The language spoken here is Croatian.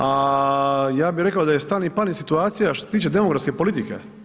A ja bih rekao da je stani pani situacija što se tiče demografske politike.